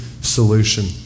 solution